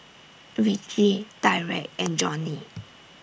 Ricci Tyreke and Johnnie